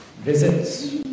visits